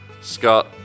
Scott